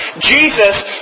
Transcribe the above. Jesus